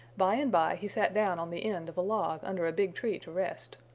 by and by he sat down on the end of a log under a big tree to rest.